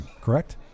correct